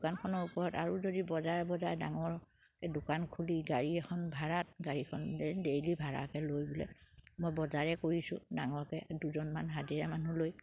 দোকানখনৰ ওপৰত আৰু যদি বজাই বজাই ডাঙৰকে দোকান খুলি গাড়ী এখন ভাড়াত গাড়ীখন ডেইলি ভাড়াকে লৈ বোলে মই বজাৰে কৰিছোঁ ডাঙৰকে দুজনমান হাজিৰা মানুহ লৈ